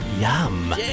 yum